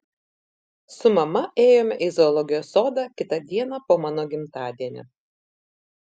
su mama ėjome į zoologijos sodą kitą dieną po mano gimtadienio